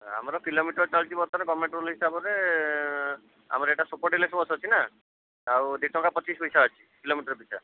ଆମର କିଲୋମିଟର୍ ଚାଲିଛି ବର୍ତ୍ତମାନ୍ ଗଭ୍ମେଣ୍ଟ୍ ରୁଲ୍ ହିସାବରେ ଆମର ଏଇଟା ସୁପର୍ ଡିଲକ୍ସ ବସ୍ ଅଛି ନା ଆଉ ଦୁଇ ଟଙ୍କା ପଚିଶ୍ ପଇସା ଅଛି କିଲୋମିଟର୍ ପିଛା